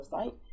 website